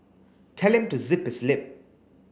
tell him to zip his lip